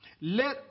Let